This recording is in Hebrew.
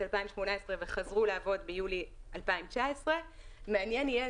2018 וחזרו לעבוד ביולי 2019. מעניין יהיה,